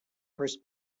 first